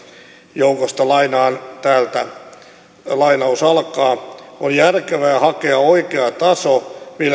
joukosta lainaan täältä on järkevää hakea oikea taso millä kreikkalaiset selviävät